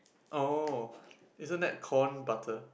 oh isn't that corn butter